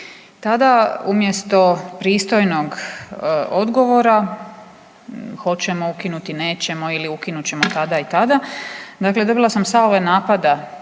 Tada umjesto pristojnog odgovora hoćemo li ukinuti, nećemo ili ukinut ćemo tada i tada dakle dobila sam … /ne